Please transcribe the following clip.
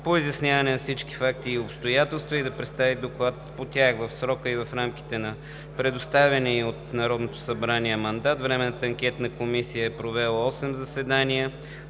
по изясняване на всички факти и обстоятелства и да представи доклад по тях. В срока и в рамките на предоставения ѝ от Народното събрание мандат Временната анкетна комисия е провела осем заседания,